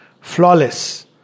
Flawless